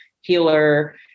healer